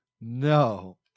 No